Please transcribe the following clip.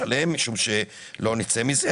בנושא,